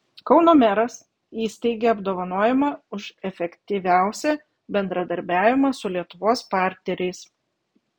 kauno meras įsteigė apdovanojimą už efektyviausią bendradarbiavimą su lietuvos partneriais